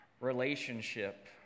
relationship